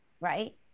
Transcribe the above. right